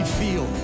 feel